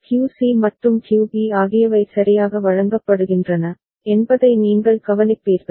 QC மற்றும் QB ஆகியவை சரியாக வழங்கப்படுகின்றன என்பதை நீங்கள் கவனிப்பீர்கள்